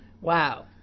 Wow